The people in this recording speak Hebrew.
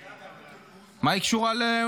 מה היא עושה בפריז?